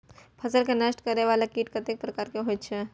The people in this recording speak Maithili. फसल के नष्ट करें वाला कीट कतेक प्रकार के होई छै?